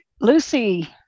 lucy